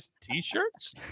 t-shirts